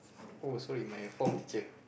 oh sorry my form teacher